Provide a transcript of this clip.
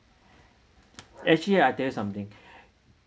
actually I tell you something